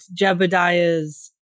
Jebediah's